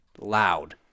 loud